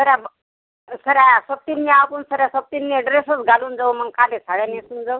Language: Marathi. करा मग सरा सोबतीनं आपण सरा सोबतीनं ड्रेसच घालून जाऊ मग काले साड्या नेसून जाऊ